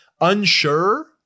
Unsure